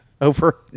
over